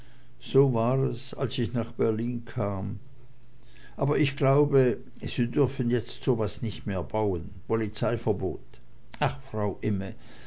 so war es als ich nach berlin kam aber ich glaube sie dürfen jetzt so was nich mehr bauen polizeiverbot ach frau imme